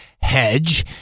hedge